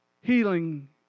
healing